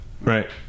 right